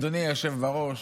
אדוני היושב-ראש,